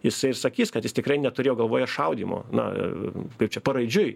jisai ir sakys kad jis tikrai neturėjo galvoje šaudymo na kaip čia paraidžiui